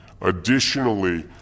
Additionally